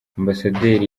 ambasaderi